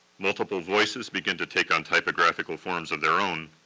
multiple voices begin to take on typographical forms of their own,